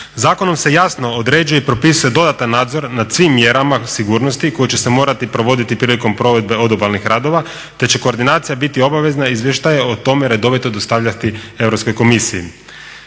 Zakonom se jasno određuje i propisuje dodatan nadzor nad svim mjerama sigurnosti koji će se morati provoditi prilikom provedbe odobalnih radova te će koordinacija biti obavezna izvještaje o tome redovito dostavljati Europskoj komisiji.